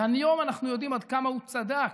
והיום אנחנו יודעים עד כמה הוא צדק,